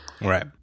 Right